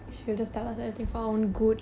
mm அப்புறம:appuram